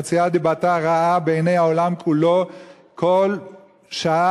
מוציאה דיבתה הרעה בעיני העולם כולו כל שעה